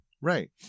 Right